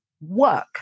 work